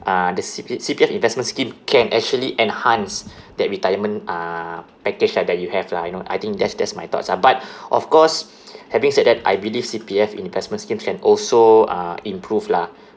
uh the C_P C_P_F investment scheme can actually enhance that retirement uh package like that you have lah you know I think that's that's my thoughts ah but of course having said that I believe C_P_F investment scheme can also uh improve lah